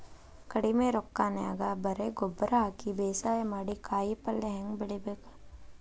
ಕಡಿಮಿ ರೊಕ್ಕನ್ಯಾಗ ಬರೇ ಗೊಬ್ಬರ ಹಾಕಿ ಬೇಸಾಯ ಮಾಡಿ, ಕಾಯಿಪಲ್ಯ ಹ್ಯಾಂಗ್ ಬೆಳಿಬೇಕ್?